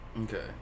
Okay